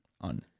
on